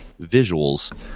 visuals